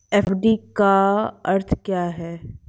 FD का अर्थ क्या है?